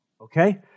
okay